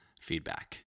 feedback